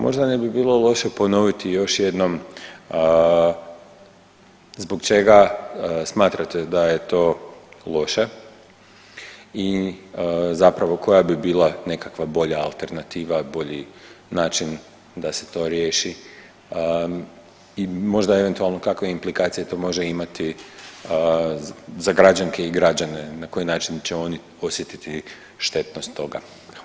Možda ne bi bilo loše ponoviti još jednom zbog čega smatrate da je to loše i zapravo koja bi bila nekakva bolja alternativa, bolji način da se to riješi i možda eventualno kakve implikacije to može imati za građanke i građane na koji način će oni osjetiti štetnost toga.